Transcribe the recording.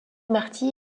marty